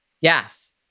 Yes